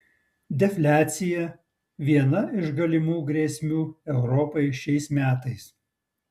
defliacija viena iš galimų grėsmių europai šiais metais